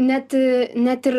net net ir